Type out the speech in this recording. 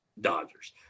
Dodgers